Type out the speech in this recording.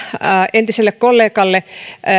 entiselle kollegalle